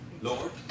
Lord